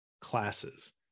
classes